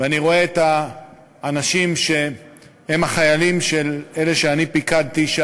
ואני רואה את האנשים שהם החיילים של אלה שאני פיקדתי עליהם,